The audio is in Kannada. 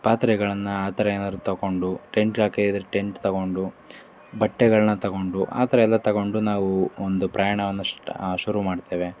ಪಾತ್ರೆಗಳನ್ನು ಆ ಥರ ಏನಾರೂ ತಗೊಂಡು ಟೆಂಟ್ ಹಾಕದಿದ್ರೆ ಟೆಂಟ್ ತೊಗೊಂಡು ಬಟ್ಟೆಗಳನ್ನ ತೊಗೊಂಡು ಆ ಥರ ಎಲ್ಲ ತೊಗೊಂಡು ನಾವು ಒಂದು ಪ್ರಯಾಣವನ್ನು ಸ್ಟಾ ಶುರು ಮಾಡ್ತೇವೆ